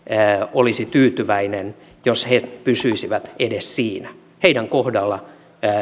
olisi tyytyväinen jos he pysyisivät edes siinä heidän kohdallaan